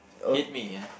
hit me yeah